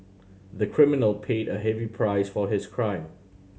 the criminal paid a heavy price for his crime